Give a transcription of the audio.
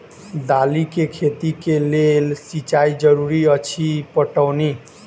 दालि केँ खेती केँ लेल सिंचाई जरूरी अछि पटौनी?